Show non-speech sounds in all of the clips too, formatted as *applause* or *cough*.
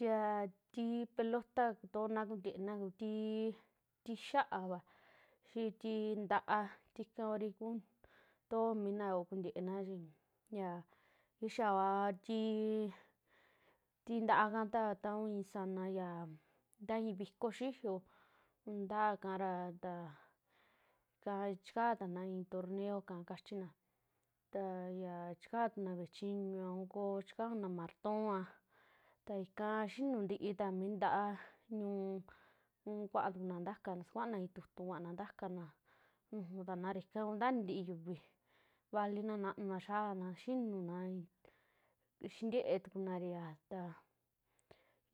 Yaa ti pelota kutoona kuntiena ya kuu tii xaava, xii tii n'taa tika kuri kutoo mi na yoo kuntienari, ya kixaa kua tii tintaa ika ta tai sana ya, ntaa i'i vikoo xiyoo ntaa ikaa ra taa chikaatana torneo ika kachio. ta yaa chikaa tunaa vee chiñua a chikaa tu na martooa, ta ika xinuu ntii ta mi ntaa ñuu un kuatuna ntaka suvaana i'i tutu kuana ntakana nujutana ra ika kunta ini ntii yuvi, valina nanuna yaana, xinuna xintiee tukunaria a ta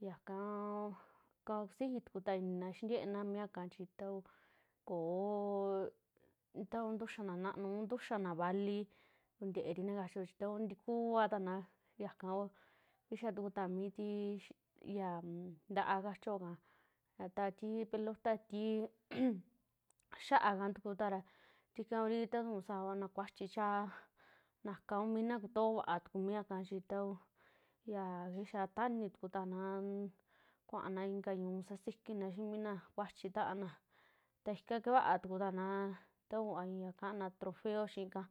yakaa kusijii tuku ta inina, xintiena mia ika chi ta kuu koo, ta ntuxa na nanu a ntuxa na vali kuntieeri na kachio chi ta kuu tinkuuatana, yaka ko kixaa tuku ta mitii ya ntaa kachioo ika a taa tii pelota, tii *noise* ya'a ka tuku tara tika kuri ta tuu savana kuachii chaa, naka kuu miina kutoova tuku yaka chi ta kuu ya kixaa tanitukutana un kuaana inka ñuu sasikina xii mi naa kuachi taana ta ika kevaa tukutana ta kuvaa i'i ya canaa trofeo xii ika,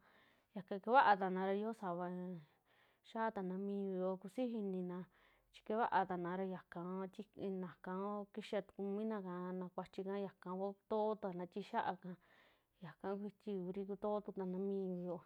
ya kee vaatana ra yoo sava xaatana mi ñuuyo kusiji inina, chii keevaatana yaka ti, yaka kixaa minaka na kuachi ika yaka kuu kutootana tii xiaa ika, ñaka kuiti kuiri kutoo tukutana mi ñu'u yoo.